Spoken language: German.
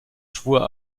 schwur